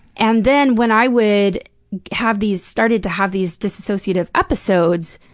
and then, when i would have these started to have these dissociative episodes,